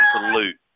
absolute